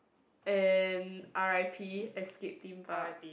and R_I_P Escape-Theme-Park